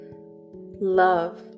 love